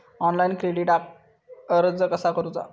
Online क्रेडिटाक अर्ज कसा करुचा?